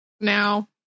now